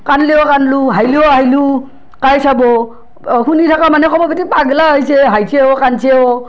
কান্দলিও কান্দলো হাইলিও হাইলো কাই চাব শুনি থাকা মানহে ক'ব গ'তে পাগলা হৈছি হাইছিও কান্দছিও